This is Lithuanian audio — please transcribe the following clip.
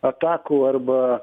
atakų arba